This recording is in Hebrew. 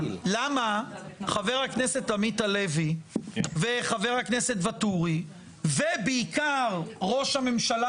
למה חבר הכנסת עמית הלוי וחבר הכנסת ואטורי ובעיקר ראש הממשלה